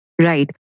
Right